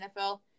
NFL